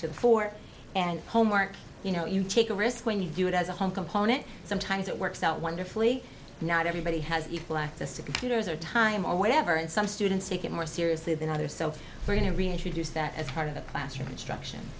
to the fore and homework you know you take a risk when you do it as a hunk upon it sometimes it works out wonderfully not everybody has equal access to computers or time or whatever and some students take it more seriously than other self we're going to reintroduce that as part of the classroom instruction